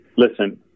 Listen